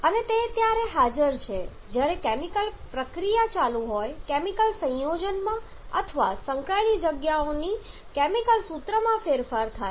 અને તે ત્યારે જ હાજર હોય છે જ્યારે કેમિકલ પ્રતિક્રિયા ચાલુ હોય કેમિકલ સંયોજનમાં અથવા સંકળાયેલી જગ્યાઓના કેમિકલ સૂત્રમાં ફેરફાર થાય છે